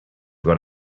got